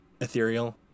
ethereal